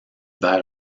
vers